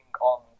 on